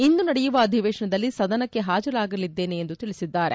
ಇಂದು ನಡೆಯುವ ಅಧಿವೇತನದಲ್ಲಿ ಸದನಕ್ಕೆ ಹಾಜರಾಗಲಿದ್ದೇನೆ ಎಂದು ತಿಳಿಸಿದ್ದಾರೆ